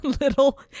little